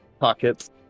pockets